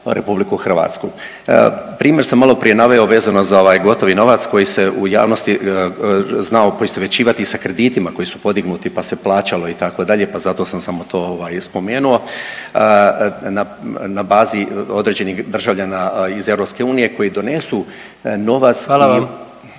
kapitala u RH. Primjer sam maloprije naveo vezano za ovaj gotovi novac koji se u javnosti znao poistovjećivati sa kreditima koji su podignuti pa se plaćalo, itd., pa zato sam samo to ovaj, spomenuo, na bazi određenih državljana iz EU koji donesu novac i